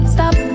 Stop